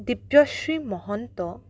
Dibyashree Mahanta